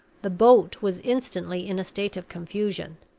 the boat was instantly in a state of confusion.